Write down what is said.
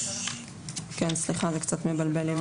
סליחה, זה קצת מבלבל.